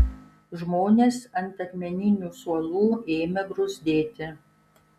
žmonės ant akmeninių suolų ėmė bruzdėti